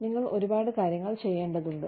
നിങ്ങൾ ഒരുപാട് കാര്യങ്ങൾ ചെയ്യേണ്ടതുണ്ട്